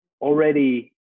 already